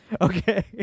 okay